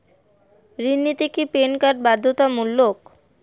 ঋণ নিতে কি প্যান কার্ড বাধ্যতামূলক?